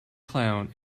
clown